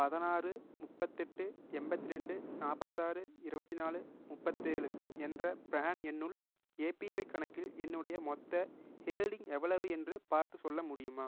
பதினாறு முப்பத்தெட்டு எண்பத்ரெண்டு நாற்பத்தாறு இருபத்தி நாலு முப்பத்தேழு என்ற ப்ரான் எண்ணுள் ஏபிஒய் கணக்கில் என்னுடைய மொத்த ஹேல்டிங் எவ்வளவு என்று பார்த்துச் சொல்ல முடியுமா